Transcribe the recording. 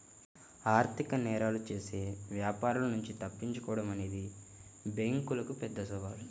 ఆర్థిక నేరాలు చేసే వ్యాపారుల నుంచి తప్పించుకోడం అనేది బ్యేంకులకు పెద్ద సవాలు